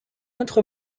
autre